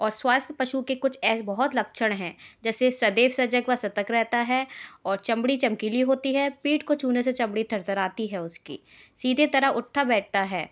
और स्वस्थ पशु के कुछ ऐसे बहुत लक्षण हैं जैसे सदैव सजग व सतर्क रहता है और चमड़ी चमकीली होती है पीठ को छूने से चमड़ी थरथराती है उसकी सीधे तरह उठता बैठता है